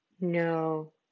no